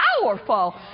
powerful